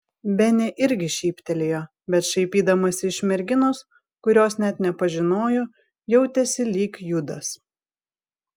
benė irgi šyptelėjo bet šaipydamasi iš merginos kurios net nepažinojo jautėsi lyg judas